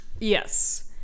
Yes